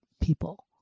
people